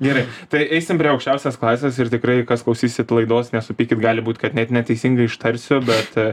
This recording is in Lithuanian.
gerai tai eisim prie aukščiausios klasės ir tikrai kas klausysit laidos nesupykit gali būt kad net neteisingai ištarsiu bet